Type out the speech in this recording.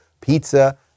pizza